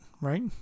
Right